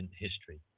history